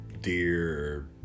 deer